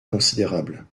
considérables